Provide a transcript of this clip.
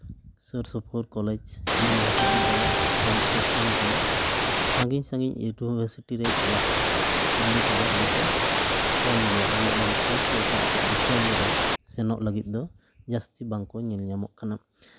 ᱥᱩᱨ ᱥᱩᱯᱩᱨ college university ᱠᱚᱨᱮᱜ ᱚᱞᱚᱜ ᱠᱚ ᱥᱮᱱ ᱠᱟᱱᱟ ᱥᱟᱺᱜᱤᱧ ᱥᱟᱺᱜᱤᱧ ᱤᱭᱩᱱᱤᱵᱷᱟᱨᱥᱤᱴᱤ ᱨᱮ ᱪᱟᱞᱟᱜ ᱛᱤᱨᱞᱟᱹ ᱠᱚᱫᱚ ᱟᱹᱰᱤ ᱠᱚ ᱠᱚᱢ ᱜᱮᱭᱟ ᱚᱞᱚᱜ ᱞᱟᱹᱜᱤᱫ ᱛᱮᱥᱮ ᱮᱴᱟᱜ ᱮᱴᱟᱜ ᱫᱤᱥᱚᱢ ᱨᱮ ᱥᱮᱱᱚᱜ ᱞᱟᱹᱜᱤᱫ ᱫᱚ ᱡᱟᱹᱥᱛᱤ ᱵᱟᱝ ᱠᱚ ᱧᱮᱞ ᱧᱟᱢᱚᱜ ᱠᱟᱱᱟ